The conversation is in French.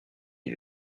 une